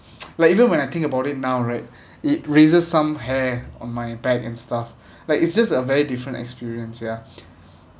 like even when I think about it now right it raises some hair on my back and stuff like it's just a very different experience ya